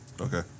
Okay